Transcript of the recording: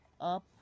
up